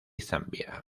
zambia